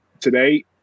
today